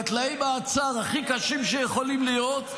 בתנאי מעצר הכי קשים שיכולים להיות,